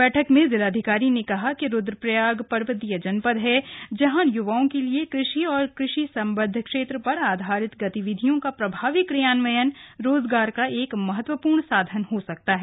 बैठक में जिलाधिकारी ने कहा कि रुद्रप्रयाग पर्वतीय जनपद है अतः युवाओं के लिए कृषि व कृषि सम्बद्ध क्षेत्र पर आधारित गतिविधियों का प्रभावी क्रियान्वयन रोजगार का एक महत्वपूर्ण साधन हो सकता है